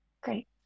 great